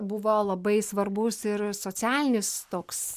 buvo labai svarbus ir socialinis toks